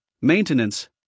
maintenance